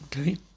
Okay